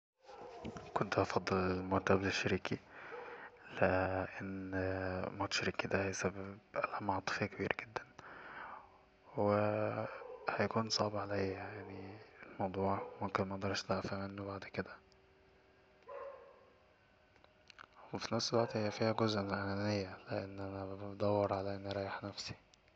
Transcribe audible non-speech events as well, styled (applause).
كنت هفضل الموت قبل شريكي لأن موت شريكي دا هيسبب ألم عاطفي كبير جدا (hesitation) و (hesitation) هيكون صعب عليا يعني الموضوع ممكن مقدرش أتعافى منه بعد كده وفي نفس الوقت هي فيها جزء من الأنانية لأني انا بدور على أني أريح نفسي